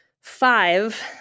five